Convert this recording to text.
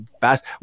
fast